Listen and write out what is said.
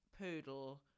poodle